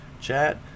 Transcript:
chat